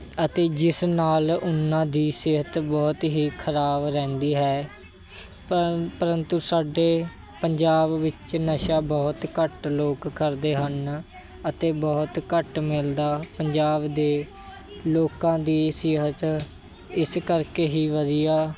ਅਤੇ ਜਿਸ ਨਾਲ ਉਹਨਾਂ ਦੀ ਸਿਹਤ ਬਹੁਤ ਹੀ ਖਰਾਬ ਰਹਿੰਦੀ ਹੈ ਪਰ ਪਰੰਤੂ ਸਾਡੇ ਪੰਜਾਬ ਵਿੱਚ ਨਸ਼ਾ ਬਹੁਤ ਘੱਟ ਲੋਕ ਕਰਦੇ ਹਨ ਅਤੇ ਬਹੁਤ ਘੱਟ ਮਿਲਦਾ ਪੰਜਾਬ ਦੇ ਲੋਕਾਂ ਦੀ ਸਿਹਤ ਇਸ ਕਰਕੇ ਹੀ ਵਧੀਆ